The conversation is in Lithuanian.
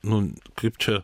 nu kaip čia